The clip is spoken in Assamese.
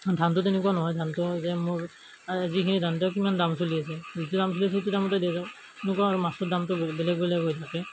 ধানটো তেনেকুৱা নহয় ধানটো যে মোৰ যিখিনি ধানটো কিমান দাম চলি আছে যিটো দাম চলি আছে যিটো দাম চলি আছে সেইটো দামতে দি দিওঁ তেনেকুৱা আৰু মাছটোৰ দামটো বেলেগ বেলেগ হৈ থাকে